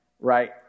right